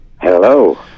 Hello